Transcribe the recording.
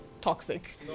toxic